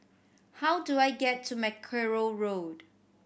how do I get to Mackerrow Road